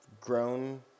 grown